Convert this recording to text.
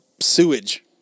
sewage